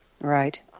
Right